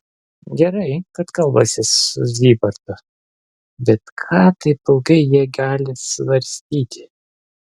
gerai kad kalbasi su zybartu bet ką taip ilgai jie gali svarstyti